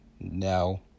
No